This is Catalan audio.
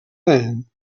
jaén